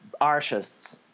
artists